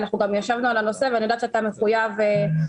ישבנו על הנושא ואני יודעת שאתה מחויב ומכיר.